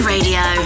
Radio